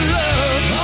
love